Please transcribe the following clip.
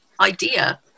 idea